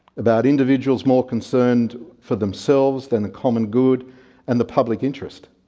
about individuals more concerned for themselves than a common good and the public interest.